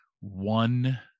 one